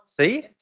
See